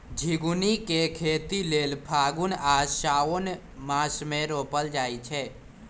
झिगुनी के खेती लेल फागुन आ साओंन मासमे रोपल जाइ छै